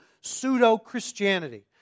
pseudo-Christianity